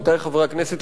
עמיתי חברי הכנסת,